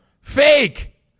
fake